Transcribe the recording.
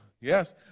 yes